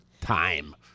time